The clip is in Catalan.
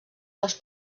les